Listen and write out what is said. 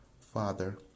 Father